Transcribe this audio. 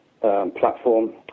platform